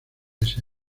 ese